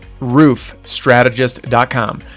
roofstrategist.com